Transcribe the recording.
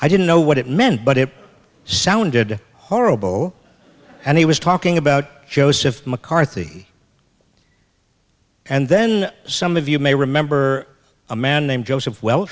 i didn't know what it meant but it sounded horrible and he was talking about joseph mccarthy and then some of you may remember a man named jo